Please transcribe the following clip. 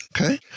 Okay